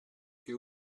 che